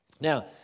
Now